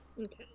Okay